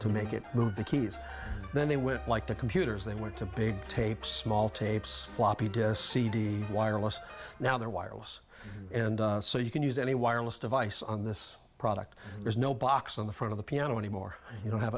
to make it move the keys then they went like the computers they went to big tapes small tapes floppy disk cd wireless now they're wireless and so you can use any wireless device on this product there's no box on the front of the piano anymore you don't have